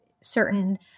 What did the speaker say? certain